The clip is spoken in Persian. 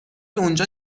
اونجا